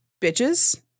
Bitches